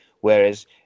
whereas